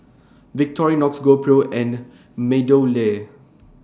Victorinox GoPro and Meadowlea